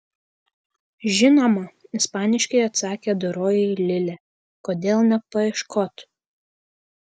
žinoma ispaniškai atsakė doroji lilė kodėl nepaieškot